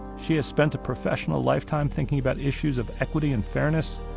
she has spent a professional lifetime thinking about issues of equity and fairness,